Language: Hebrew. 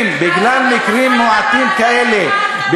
מועטים כאלה,